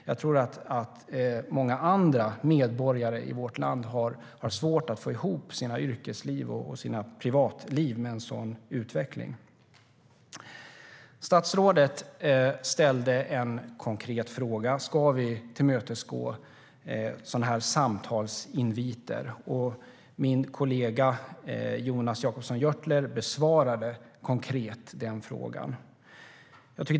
Jag tror också att många andra medborgare i vårt land får svårt att få ihop sina yrkesliv och sina privatliv med en sådan utveckling. Statsrådet ställde en konkret fråga: Ska vi tillmötesgå sådana här samtalsinviter? Min kollega Jonas Jacobsson Gjörtler besvarade den frågan konkret.